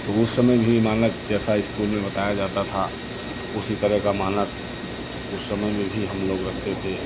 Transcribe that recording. तो उस समय भी मानक जैसा इस्कूल में बताया जाता था उसी तरह का मानक उस समय में भी हम लोग रखते थे